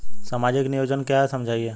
सामाजिक नियोजन क्या है समझाइए?